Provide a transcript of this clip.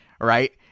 Right